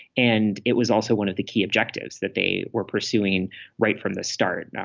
and it was also one of the key objectives that they were pursuing right from the start.